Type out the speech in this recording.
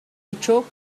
pitjor